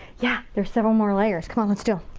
yeah, there's several more layers. come on, let's do